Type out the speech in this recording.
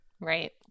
Right